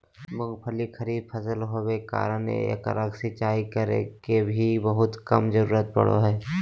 मूंगफली खरीफ फसल होबे कारण एकरा सिंचाई करे के भी बहुत कम जरूरत पड़ो हइ